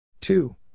Two